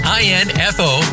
info